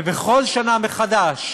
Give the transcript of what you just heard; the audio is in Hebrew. ובכל שנה מחדש,